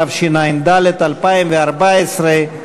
התשע"ד 2014,